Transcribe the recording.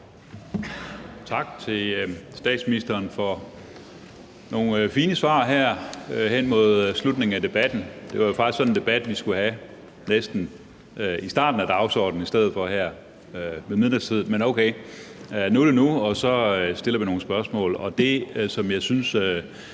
Tak til statsministeren for nogle fine svar her hen mod slutningen af debatten. Det var jo faktisk næsten sådan en debat, vi skulle have haft i starten af dagen i stedet for her ved midnatstid. Men okay, nu er det nu, og så stiller vi nogle spørgsmål,